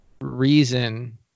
reason